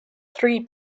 three